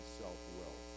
self-will